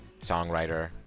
songwriter